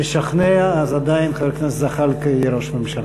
משכנע, עדיין חבר הכנסת זחאלקה יהיה ראש הממשלה.